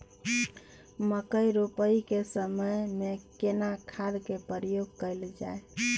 मकई रोपाई के समय में केना खाद के प्रयोग कैल जाय?